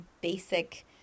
basic